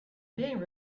being